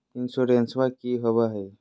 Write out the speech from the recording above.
इंसोरेंसबा की होंबई हय?